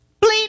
bleep